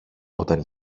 όταν